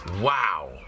Wow